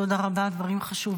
תודה, תודה רבה, דברים חשובים.